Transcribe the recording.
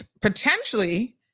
potentially